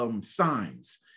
signs